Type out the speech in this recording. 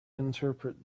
interpret